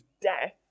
death